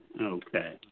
okay